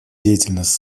деятельность